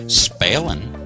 spelling